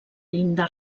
llinda